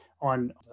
on